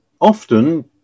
often